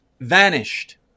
vanished